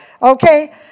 Okay